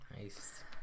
Nice